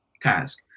task